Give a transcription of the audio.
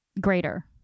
greater